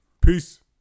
Peace